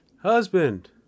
husband